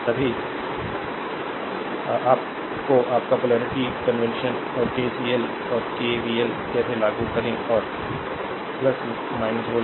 और सभी अप और आपका पोलरिटी कन्वेंशन और केसीएल और केवीएल कैसे लागू करें और वोल्टेज ड्रॉप या वोल्टेज वृद्धि कैसे ले जाएगा यह सब बातें और उस rs लॉ और your KCL और KVL के साथ जानते हैं और फिर से वापस आ जाएंगे